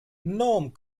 norm